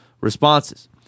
responses